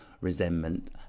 resentment